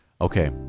Okay